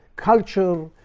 culture,